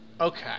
okay